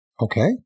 Okay